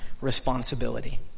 responsibility